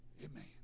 Amen